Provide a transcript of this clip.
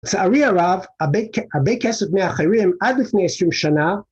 לצערי הרב, הרבה כסף מאחרים עד לפני עשרים שנה